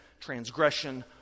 transgression